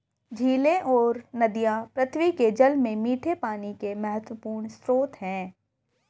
झीलें और नदियाँ पृथ्वी के जल में मीठे पानी के महत्वपूर्ण स्रोत हैं